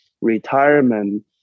retirement